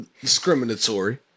Discriminatory